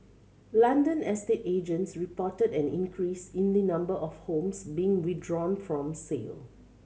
London estate agents reported an increase in the number of homes being withdrawn from sale